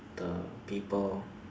the people